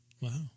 Wow